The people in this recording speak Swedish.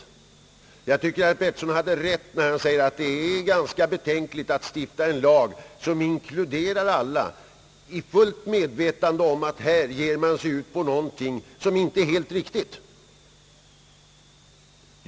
Herr Petersson hade enligt min mening rätt när han menade att det är ganska betänkligt att stifta en lag som inkluderar alla, i fullt medvetande om att man här ger sig in på någonting som inte är helt riktigt.